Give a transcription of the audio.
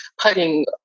putting